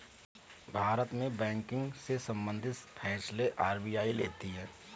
भारत में बैंकिंग से सम्बंधित फैसले आर.बी.आई लेती है